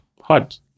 hot